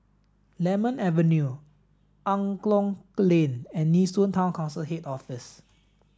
Lemon Avenue Angklong Lane and Nee Soon Town Council Head Office